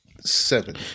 seven